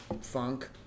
funk